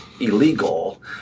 illegal